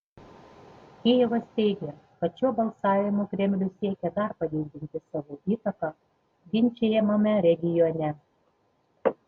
kijevas teigia kad šiuo balsavimu kremlius siekė dar padidinti savo įtaką ginčijamame regione